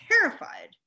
terrified